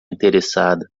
interessada